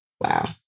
Wow